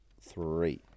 Three